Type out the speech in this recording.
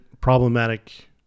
problematic